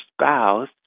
spouse